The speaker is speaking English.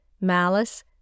malice